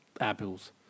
apples